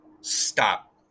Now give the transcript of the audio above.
Stop